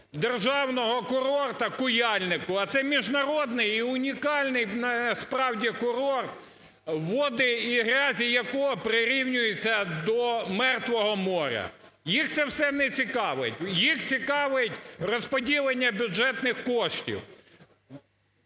державного курорту Куяльнику, а це міжнародний і унікальний справді курорт, води і грязі якого прирівнюються до Мертвого моря. Їх це все не цікавить. Їх цікавить розподілення бюджетних коштів.